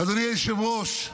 אדוני היושב-ראש,